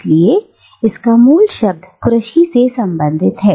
इसलिए इसका मूल शब्द कृषि से संबंधित है